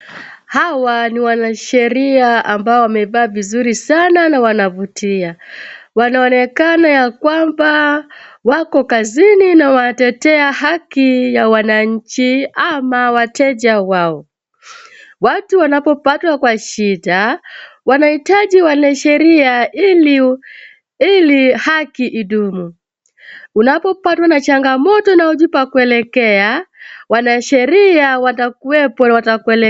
Hawa ni wanasheria ambao wamevaa vizuri sana na wanavutia, wanaonekana yakwamba wako kazini na wanatetea haki ya wananchi ama wateja wao, watu wanapopatwa kwa shida, wanahitaji wanasheria ili haki idumu, unapopatwa na changamoto na hujui pa kuelekea, wanasheria watakuwepo na watakuelekeza.